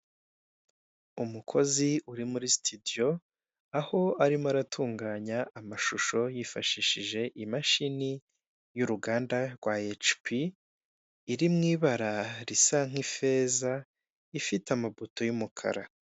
Umukozi uri muri sitidiyo aho arimo aratunganya amashisho yifashishije imashini uruganda rwa ecipi, iri mu ibara risa n'ifeza ifite amaputo y'umukara.